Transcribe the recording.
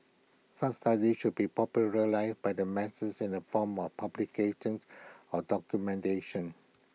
such studies should be popularized but the masses in the form of publications or documentation